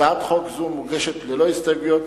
הצעת חוק זו מוגשת ללא הסתייגויות,